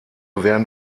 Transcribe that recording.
werden